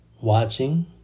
Watching